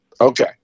Okay